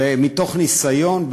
ומתוך ניסיון,